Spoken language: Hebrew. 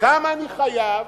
כמה אני חייב,